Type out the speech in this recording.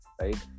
right